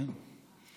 כן.